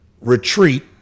retreat